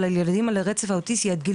ולילדים על הרצף האוטיסטי עד גיל